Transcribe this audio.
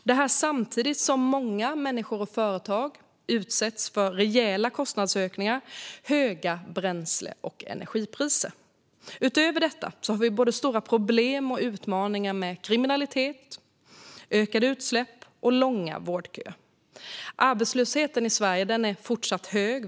Detta sker samtidigt som många människor och företag utsätts för rejäla kostnadsökningar samt höga bränsle och energipriser. Utöver detta har vi stora problem och utmaningar med kriminalitet, ökade utsläpp och långa vårdköer. Arbetslösheten i Sverige är fortfarande hög.